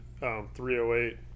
308